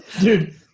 Dude